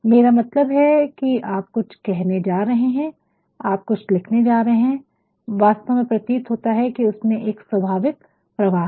मेरा मतलब है कि आप कुछ कहने जा रहे हैं आप कुछ लिखने जा रहे हैं और वास्तव में प्रतीत होता है कि उसमें एक स्वाभाविक प्रवाह है